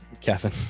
Kevin